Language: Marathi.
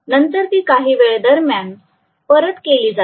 नंतर ती काही वेळेदरम्यान परत केली जाते